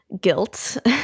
guilt